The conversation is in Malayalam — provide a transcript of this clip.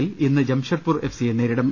ത്തിൽ ഇന്ന് ജംഷഡ്പൂർ എഫ് സിയെ നേരിടും